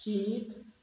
शीत